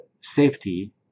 Safety